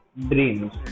dreams